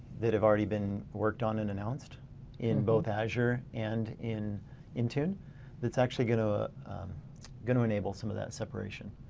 that have already been worked on and announced in both azure and in intune that's actually gonna ah gonna enable some of that separation.